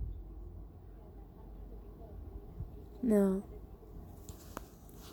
ya